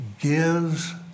gives